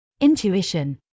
Intuition